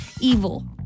evil